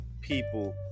people